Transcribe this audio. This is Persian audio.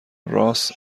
رآس